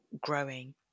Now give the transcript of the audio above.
growing